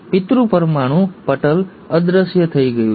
પિતૃ પરમાણુ પટલ અદૃશ્ય થઈ ગયું છે